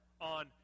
on